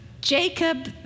Jacob